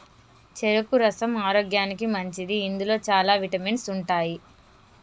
చెరుకు రసం ఆరోగ్యానికి మంచిది ఇందులో చాల విటమిన్స్ ఉంటాయి